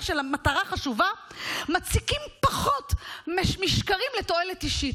של מטרה חשובה מציקים פחות משקרים לתועלת אישית.